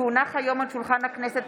כי הונחו היום על שולחן הכנסת,